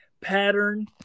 pattern